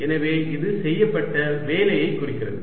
எனவே இது செய்யப்பட்ட வேலையைக் குறிக்கிறது